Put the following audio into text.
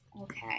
Okay